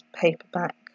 paperback